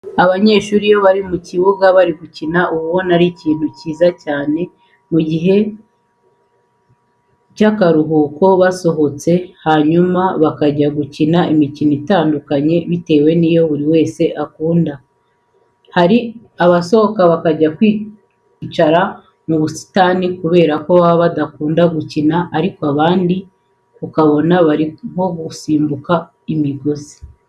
Abanyeshuri iyo bari mu kigo bari gukina uba ubona ari ikintu cyiza cyane. Mu gihe cy'akaruhuko barasohoka hanyuma bakajya gukina imikino itandukanye bitewe n'iyo buri wese akunda. Hari abasohoka bakajya kwicara mu busitani kubera ko baba badakunda gukina, ariko abandi ukabona bari nko gusimbuka imigozi.